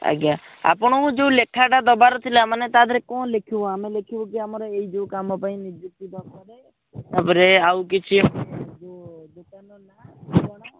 ଆଜ୍ଞା ଆପଣଙ୍କୁ ଯେଉଁ ଲେଖାଟା ଦେବାର ଥିଲା ମାନେ ତା ଧିଏରେ କ'ଣ ଲେଖିବୁ ଆମେ ଲେଖିବୁ କି ଆମର ଏହି ଯେଉଁ କାମ ପାଇଁ ନିଯୁକ୍ତି ଦରକାର ତା'ପରେ ଆଉ କିଛି ଆମକୁ ଯେଉଁ ଦୋକାନର ନାଁ ଠିକଣା